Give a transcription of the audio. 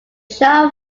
show